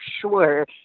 sure